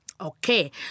Okay